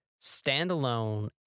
standalone